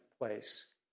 place